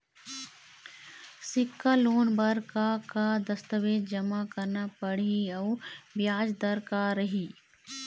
सिक्छा लोन बार का का दस्तावेज जमा करना पढ़ही अउ ब्याज दर का रही?